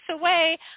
away